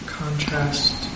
contrast